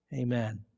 Amen